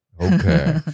Okay